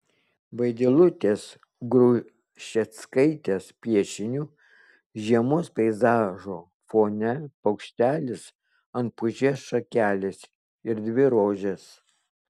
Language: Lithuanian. vaidilutės grušeckaitės piešiniu žiemos peizažo fone paukštelis ant pušies šakelės ir dvi rožės